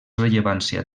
rellevància